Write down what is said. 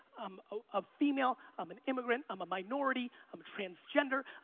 i'm a female, i'm an immigrant, i'm a minority, i'm transgender.